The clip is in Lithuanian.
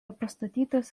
pastatytas